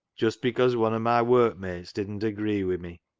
just because one of my work mates didn't agree wi' me.